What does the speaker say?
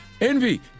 Envy